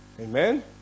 Amen